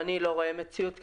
אני לא רואה מציאות כזאת.